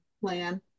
plan